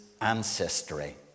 ancestry